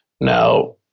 now